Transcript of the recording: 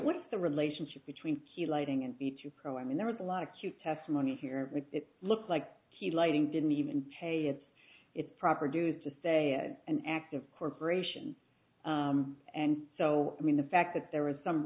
what's the relationship between the lighting and the two pro i mean there was a lot of cute testimony here it looks like he lighting didn't even pay its its proper due to say an active corporation and so i mean the fact that there was some